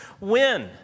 win